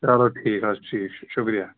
چَلو ٹھیٖک حَظ ٹھیٖک چھُ شُکرِیہ